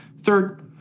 Third